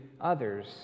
others